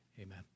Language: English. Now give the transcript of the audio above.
Amen